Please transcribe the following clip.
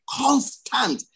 constant